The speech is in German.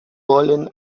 wollen